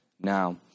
now